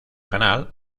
canal